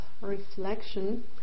reflection